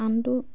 আনটো